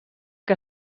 que